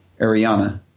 Ariana